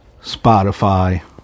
Spotify